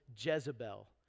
Jezebel